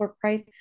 price